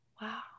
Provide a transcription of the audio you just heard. Wow